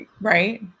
Right